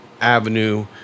avenue